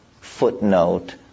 footnote